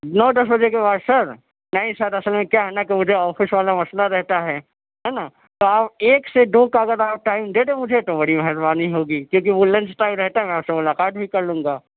نو دس بجے کے بعد سر نہیں سر اصل میں کیا ہے نا مجھے آفیس والا مسئلہ رہتا ہے ہے نا تو آپ ایک سے دو کا اگر آپ ٹائم دے دیں مجھے تو بڑی مہربانی ہوگی کیونکہ وہ لنچ ٹائم رہتا ہے میں آپ سے ملاقات بھی کر لوں گا